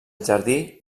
jardí